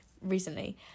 recently